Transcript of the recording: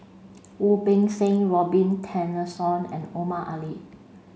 Wu Peng Seng Robin Tessensohn and Omar Ali